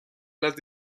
las